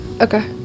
okay